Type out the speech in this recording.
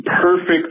perfect